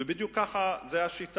ובדיוק זאת השיטה.